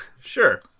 sure